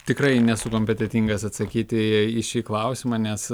tikrai nesu kompetentingas atsakyti į šį klausimą nes